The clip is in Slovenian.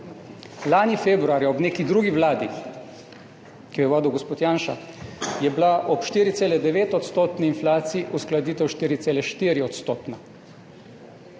Lani februarja, v neki drugi vladi, ki jo je vodil gospod Janša, je bila ob 4,9-odstotni inflaciji uskladitev 4,4-odstotna.